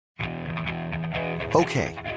Okay